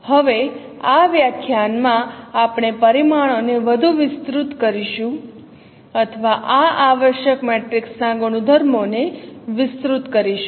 હવે આ વ્યાખ્યાનમાં આપણે પરિમાણોને વધુ વિસ્તૃત કરીશું અથવા આ આવશ્યક મેટ્રિક્સના ગુણધર્મોને વિસ્તૃત કરીશું